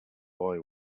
boy